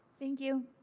thank you.